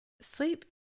sleep